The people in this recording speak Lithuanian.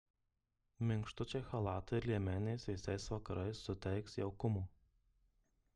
minkštučiai chalatai ir liemenės vėsiais vakarais suteiks jaukumo